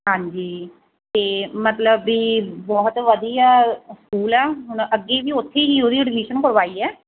ਹਾਂਜੀ ਅਤੇ ਮਤਲਬ ਵੀ ਬਹੁਤ ਵਧੀਆ ਸਕੂਲ ਆ ਹੁਣ ਅੱਗੇ ਵੀ ਉੱਥੇ ਹੀ ਉਹਦੀ ਐਡਮਿਸ਼ਨ ਕਰਵਾਈ ਹੈ